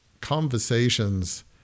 conversations